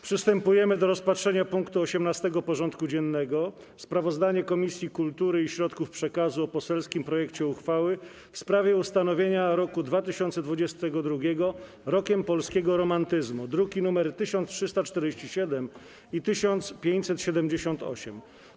Przystępujemy do rozpatrzenia punktu 18. porządku dziennego: Sprawozdanie Komisji Kultury i Środków Przekazu o poselskim projekcie uchwały w sprawie ustanowienia roku 2022 Rokiem Polskiego Romantyzmu (druki nr 1347 i 1578)